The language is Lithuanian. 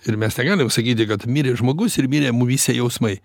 ir mes negalim sakyti kad mirė žmogus ir mirė mumyse jausmai